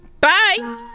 bye